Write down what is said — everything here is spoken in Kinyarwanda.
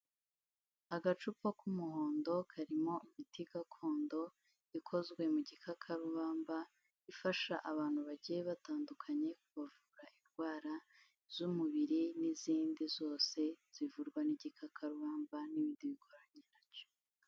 Agacupa k'umuhondo karimo imiti gakondo ikozwe mu gikakarubamba ifasha abantu bagiye batandukanye kuvura indwara z'umubiri n'izindi zose zivurwa n'igikakarubamba n'ibindi bikoranye nacyo.